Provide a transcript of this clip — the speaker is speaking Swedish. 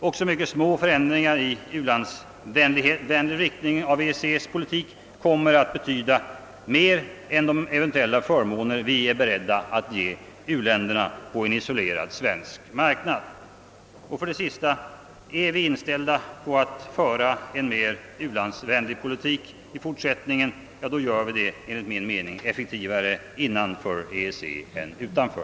Också mycket små förändringar av EEC:s politik i u-landsvänlig riktning kommer att betyda mer än de eventuella förmåner vi är beredda att ge u-länderna på en isolerad svensk marknad. Till sist: Är vi inställda på att föra en mera u-landsvänlig politik i fortsättningen, gör vi det enligt min mening effektivare inom EEC än utanför.